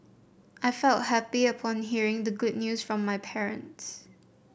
I felt happy upon hearing the good news from my parents